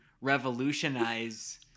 revolutionize